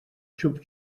xup